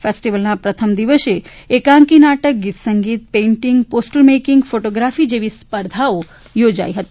ફેસ્ટીવલના પ્રથમ દિવસે એકાંકી નાટક ગીત સંગીત પેઈન્ટીંગ પોસ્ટર મેકીંગ ફોટોગ્રાફી જેવી સ્પર્ધાઓ યોજાઈ હતી